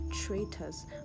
traitors